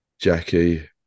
Jackie